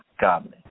godly